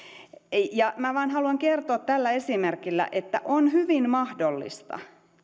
minä vain haluan kertoa tällä esimerkillä että on hyvin mahdollista